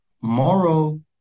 moral